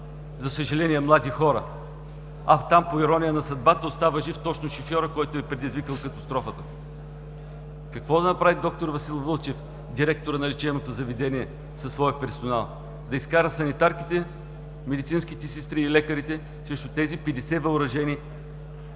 за съжаление млади хора, а там по ирония на съдбата остава жив точно шофьорът, който е предизвикал катастрофата. Какво да направи д-р Васил Вълчев – директорът на лечебното заведение със своя персонал? Да изкара санитарките, медицинските сестри и лекарите срещу тези 50 въоръжени